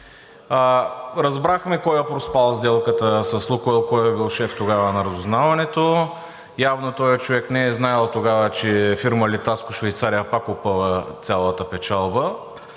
Разбрахме кой е проспал сделката с „Лукойл“, кой е бил шеф тогава на разузнаването – явно този човек не е знаел тогава, че фирма „Литаско“ в Швейцария пак опъва цялата печалба.